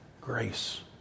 grace